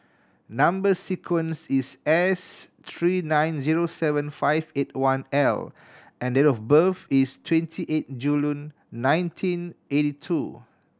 number sequence is S three nine zero seven five eight one L and date of birth is twenty eight June nineteen eighty two